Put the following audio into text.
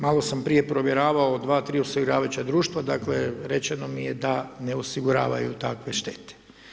Malo sam prije provjeravao od 2, 3 osiguravajuća društva dakle rečeno mi je da ne osiguravaju takve štete.